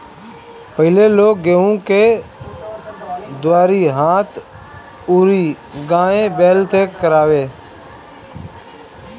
पहिले लोग गेंहू के दवरी हाथ अउरी गाय बैल से करवावे